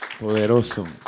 poderoso